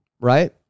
Right